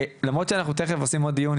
למרות שאנחנו תיכף עושים עוד דיון,